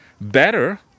Better